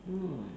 oh